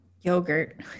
Yogurt